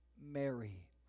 Mary